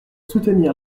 soutenir